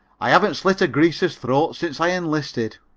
i haven't slit a greaser's throat since i enlisted.